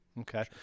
Okay